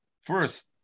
First